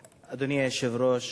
היושב-ראש,